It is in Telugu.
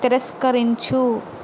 తిరస్కరించు